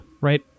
right